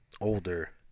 Older